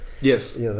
Yes